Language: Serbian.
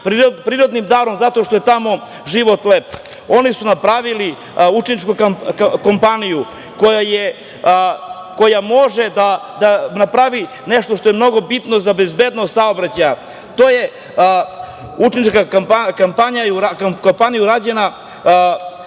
prirodnim darom, zato što je tamo život lep, oni su napravili učeničku kampanju koja može da napravi nešto što je mnogo bitno za bezbednost saobraćaja. To je učenička kampanja koja se